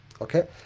okay